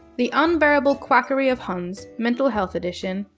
the unbearable quackery of huns, mental health edition.